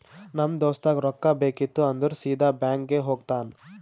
ನಮ್ ದೋಸ್ತಗ್ ರೊಕ್ಕಾ ಬೇಕಿತ್ತು ಅಂದುರ್ ಸೀದಾ ಬ್ಯಾಂಕ್ಗೆ ಹೋಗ್ತಾನ